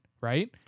right